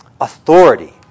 authority